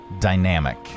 dynamic